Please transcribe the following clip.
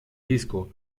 disco